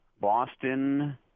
Boston